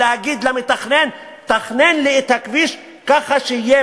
ולהגיד למתכנן: תכנן לי את הכביש ככה שיהיה